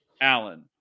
Allen